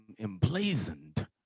emblazoned